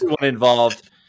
involved